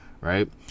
right